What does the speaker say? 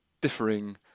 differing